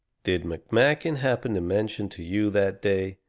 did mcmakin happen to mention to you, that day,